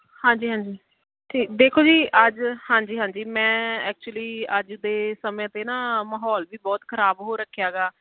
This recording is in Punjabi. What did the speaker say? ਹਾਂਜੀ ਹਾਂਜੀ ਅਤੇ ਦੇਖੋ ਜੀ ਅੱਜ ਹਾਂਜੀ ਹਾਂਜੀ ਮੈਂ ਐਕਚੁਲੀ ਅੱਜ ਦੇ ਸਮੇਂ 'ਤੇ ਨਾ ਮਾਹੌਲ ਵੀ ਬਹੁਤ ਖ਼ਰਾਬ ਹੋ ਰੱਖਿਆ ਗਾ